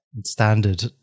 standard